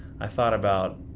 i thought about,